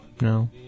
No